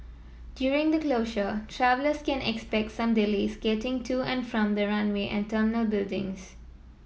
during the closure travellers can expect some delays getting to and from the runway and terminal buildings